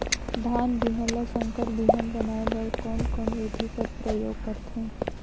धान बिहान ल संकर बिहान बनाय बर कोन कोन बिधी कर प्रयोग करथे?